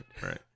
right